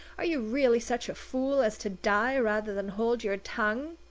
are you really such a fool as to die rather than hold your tongue?